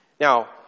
Now